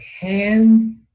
hand